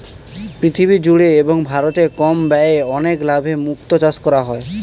পৃথিবী জুড়ে এবং ভারতে কম ব্যয়ে অনেক লাভে মুক্তো চাষ করা হয়